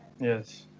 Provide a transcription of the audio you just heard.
yes